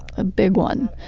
a big one.